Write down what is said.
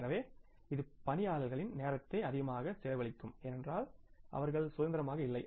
எனவே இது பணியாளர்களின் நேரத்தை அதிகமாக செலவழிக்கும் ஏனென்றால் அவர்கள் சுதந்திரமாக இல்லை